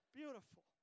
beautiful